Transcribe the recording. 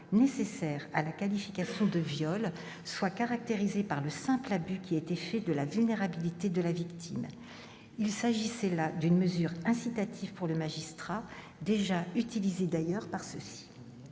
nécessaire à la qualification de viol, soit caractérisée par le simple abus qui a été fait de la vulnérabilité de la victime. Il s'agissait là d'une mesure incitative pour le magistrat, déjà utilisée d'ailleurs par celui-ci.